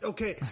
Okay